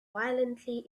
violently